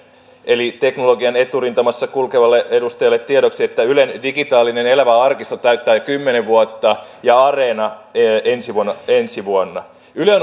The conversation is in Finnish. eli teknologian eturintamassa kulkevalle edustajalle tiedoksi että ylen digitaalinen elävä arkisto täyttää jo kymmenen vuotta ja areena ensi vuonna ensi vuonna yle on